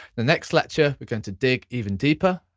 the next lecture we're going to dig even deeper,